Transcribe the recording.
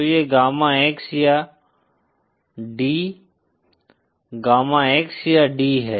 तो यह gamma X या D गामा X या D है